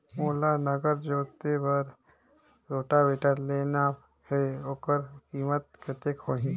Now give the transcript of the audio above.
मोला नागर जोते बार रोटावेटर लेना हे ओकर कीमत कतेक होही?